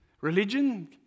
Religion